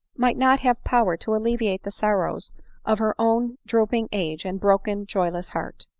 might not have power to alleviate the sorrows of her own drooping age, and broken, joyless heart.